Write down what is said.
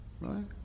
right